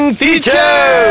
teacher